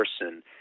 person